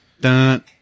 Dun